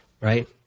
right